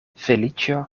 feliĉo